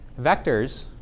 vectors